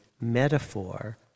metaphor